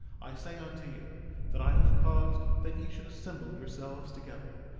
i say unto you that i have caused that ye should assemble yourselves together,